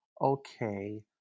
okay